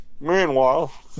meanwhile